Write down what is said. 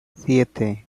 siete